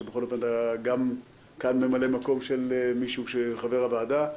שבכל אופן אתה גם כאן ממלא מקום של מישהו שהוא חבר הוועדה.